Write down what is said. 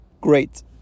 great